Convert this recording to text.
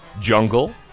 jungle